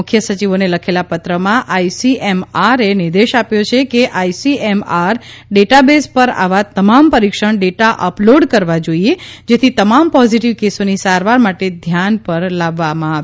મુખ્ય સચિવોને લખેલા પત્રમાં આઇસીએમઆરએ નિર્દેશ આપ્યો છે કે આઇસીએમઆર ડેટાબેઝ પર આવા તમામ પરીક્ષણ ડેટા અપલોડ કરવા જોઈએ જેથી તમામ પોઝિટિવ કેસોની સારવાર માટે ધ્યાન પર લાવવામાં આવે